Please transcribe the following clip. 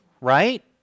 right